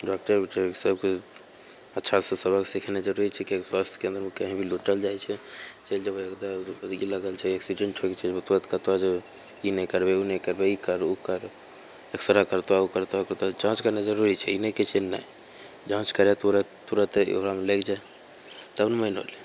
डॉकटरे उकटरे सभके अच्छासे सबक सिखेनाइ जरूरी छै किएकि स्वास्थ्य केन्द्रमे कहीँ भी लूटल जाइ छै चलि जेबै ओतऽ ई लागल छै एक्सिडेन्ट होइके छै तुरन्त कहतऽ जे ई नहि करबै ओ नहि करबै ई करऽ ओ करऽ एक्सरे करतऽ ओ करतऽ कहतऽ जाँच करनाइ जरूरी छै ई नहि कहै छै नहि जाँच करै तुरन्त तुरन्त ओकरामे लगि जाइ तब ने मानि भेलै